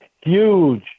huge